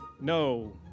No